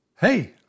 Hey